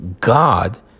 God